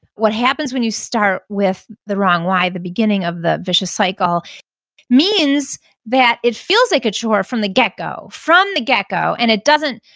what happens when you start with the wrong why, the beginning of the vicious cycle means that it feels like a chore from the get-go, from the get-go, and it doesn't,